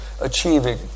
achieving